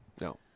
No